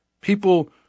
people